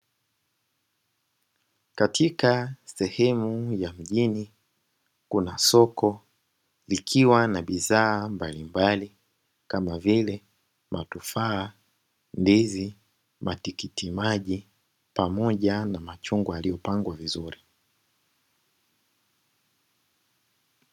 Katika sehemu ya mjini kuna soko likiwa na bidhaa mbalimbali kama vile matofaha, ndizi, matikitimaji pamoja na machungwa yaliyopangwa vizuri.